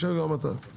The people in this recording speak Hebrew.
שב איתם גם אתה.